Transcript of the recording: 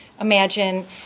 imagine